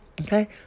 Okay